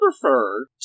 prefer